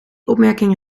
opmerking